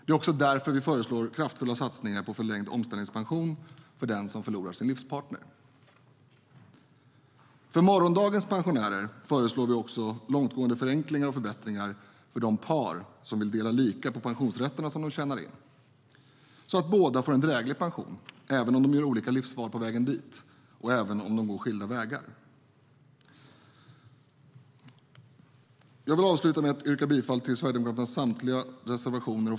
Det är också därför vi föreslår kraftfulla satsningar på förlängd omställningspension för den som förlorar sin livspartner. Jag vill avsluta med att yrka bifall till Sverigedemokraternas samtliga reservationer.